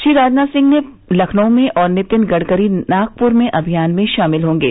श्री राजनाथ सिंह लखनऊ में और नितिन गडकरी नागपुर में अभियान में शामिल होंगे